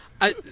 I-